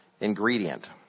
ingredient